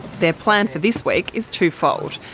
their plan for this week is twofold.